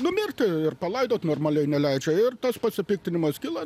numirti ir palaidot normaliai neleidžia ir tas pasipiktinimas kilo